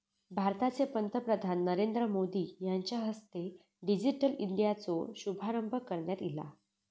भारताचे पंतप्रधान नरेंद्र मोदी यांच्या हस्ते डिजिटल इंडियाचो शुभारंभ करण्यात ईला